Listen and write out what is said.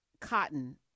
cotton